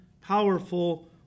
powerful